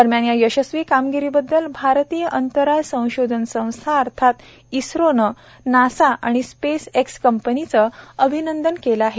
दरम्यान या यशस्वी कामगिरीबद्दल भारतीय अंतराळ संशोधन संस्था अर्थात इस्रोनं नासा आणि स्पेस एक्स कंपनीचं अभिनंदन केलं आहे